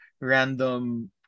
random